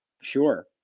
Sure